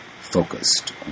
focused